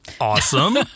Awesome